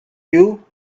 you